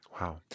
Wow